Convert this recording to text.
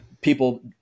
people